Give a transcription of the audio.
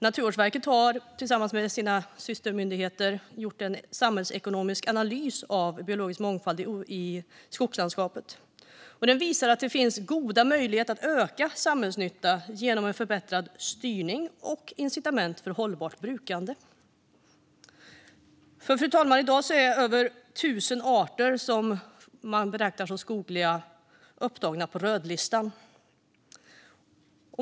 Naturvårdsverket har tillsammans med sina systermyndigheter gjort en samhällsekonomisk analys av biologisk mångfald i skogslandskapet. Den visar att det finns goda möjligheter att öka samhällsnyttan genom en förbättrad styrning och incitament för ett hållbart brukande. Fru talman! I dag är över 1 000 arter som räknas som skogliga upptagna på rödlistan.